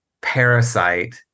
parasite